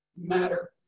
Matter